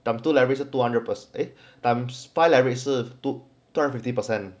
time two leverage 是 two hundred per~ eh time five leverage 是 two hundred fifty percent